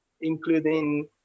including